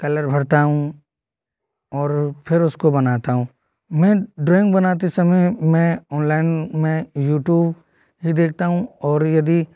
colour भरता हूँ और फिर उसको बनाता हूँ मैं ड्रॉइंग बनाते समय में मैं ऑनलाइन मैं यूटूब ही देखता हूँ और यदि